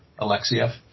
Alexiev